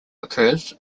occurs